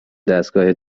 دستگاه